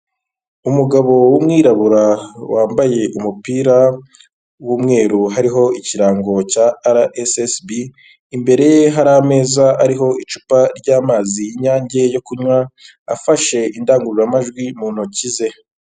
Umugabo w'umwirabura wambaye umupira w'umweru hariho ikirango cya RSSB, imbere ye hari ameza ariho icupa ry'amazi y'iyange yo kunywa, afashe indangururamajwi mu ntoki ze.